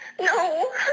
No